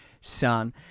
son